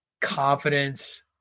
confidence